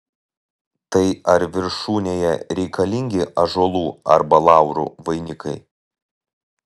tai ar viršūnėje reikalingi ąžuolų arba laurų vainikai